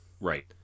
right